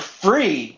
free